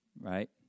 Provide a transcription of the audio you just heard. right